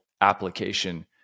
application